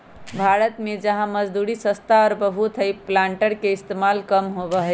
भारत में जहाँ मजदूरी सस्ता और बहुत हई प्लांटर के इस्तेमाल कम होबा हई